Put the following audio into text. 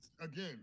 Again